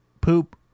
poop